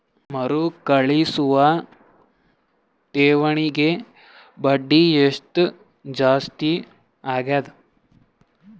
ಮರುಕಳಿಸುವ ಠೇವಣಿಗೆ ಬಡ್ಡಿ ಎಷ್ಟ ಜಾಸ್ತಿ ಆಗೆದ?